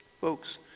Folks